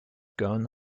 gone